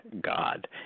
God